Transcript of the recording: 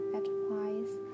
advice